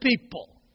people